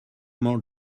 more